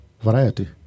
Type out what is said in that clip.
variety